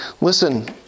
Listen